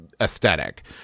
aesthetic